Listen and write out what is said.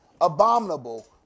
abominable